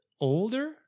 older